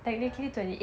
ya